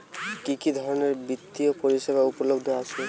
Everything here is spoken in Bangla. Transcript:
কি কি ধরনের বৃত্তিয় পরিসেবা উপলব্ধ আছে?